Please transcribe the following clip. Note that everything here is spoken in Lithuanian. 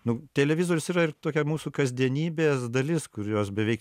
nu televizorius yra ir tokia mūsų kasdienybės dalis kurios beveik